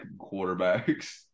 quarterbacks